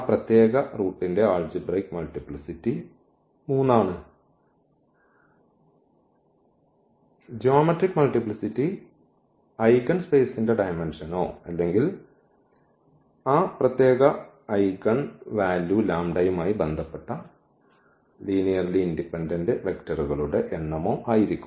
പ്രത്യേക റൂട്ടിന്റെ ആൾജിബ്രയ്ക് മൾട്ടിപ്ലിസിറ്റി 3 ആണ് ജ്യോമെട്രിക് മൾട്ടിപ്ലിസിറ്റി ഐഗൻസ്പേസിന്റെ ഡയമെൻഷനോ അല്ലെങ്കിൽ ആ പ്രത്യേക ഐഗൻ വാല്യൂ ലാംഡയുമായി ബന്ധപ്പെട്ട ലീനിയർലി ഇൻഡിപെൻഡന്റ് വെക്റ്ററുകളുടെ എണ്ണമോ ആയിരിക്കും